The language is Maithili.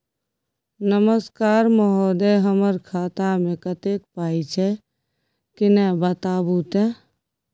नमस्कार महोदय, हमर खाता मे कत्ते पाई छै किन्ने बताऊ त?